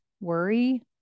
worry